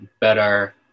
better